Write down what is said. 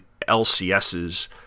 LCSs